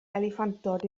eliffantod